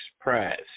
prize